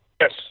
Yes